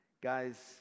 Guys